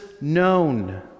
known